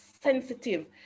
sensitive